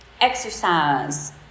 Exercise